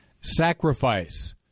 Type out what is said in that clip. sacrifice